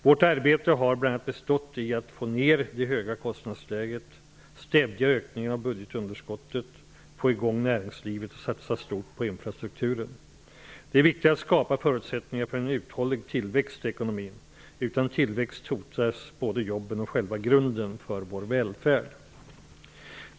Vårt arbete har bl.a. bestått i att få ner det höga kostnadsläget, stävja ökningen av budgetunderskottet, få i gång näringslivet och satsa stort på infrastrukturen. Det är viktigt att skapa förutsättningar för en uthållig tillväxt i ekonomin. Utan tillväxt hotas både jobben och själva grunden för vår välfärd.